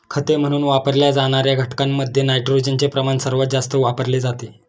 खते म्हणून वापरल्या जाणार्या घटकांमध्ये नायट्रोजनचे प्रमाण सर्वात जास्त वापरले जाते